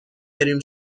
بریم